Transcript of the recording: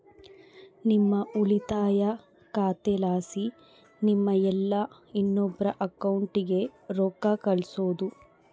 ನಿಮ್ಮ ಉಳಿತಾಯ ಖಾತೆಲಾಸಿ ನಿಮ್ಮ ಇಲ್ಲಾ ಇನ್ನೊಬ್ರ ಅಕೌಂಟ್ಗೆ ರೊಕ್ಕ ಕಳ್ಸೋದು